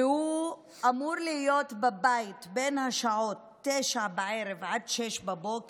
והוא אמור להיות בבית בין השעות 21:00 ו-06:00.